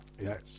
Yes